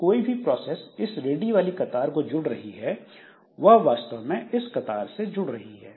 तो कोई भी प्रोसेस जो इस रेडी वाली कतार को जुड़ रही है वह वास्तव में इस कतार से जुड़ रही है